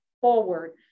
forward